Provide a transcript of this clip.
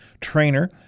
trainer